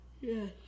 Yes